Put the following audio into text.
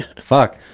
Fuck